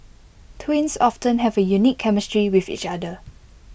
twins often have A unique chemistry with each other